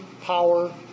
power